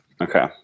okay